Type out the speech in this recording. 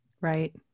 Right